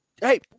hey